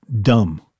dumb